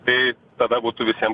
tai tada būtų visiem